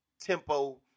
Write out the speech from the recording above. tempo